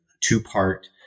two-part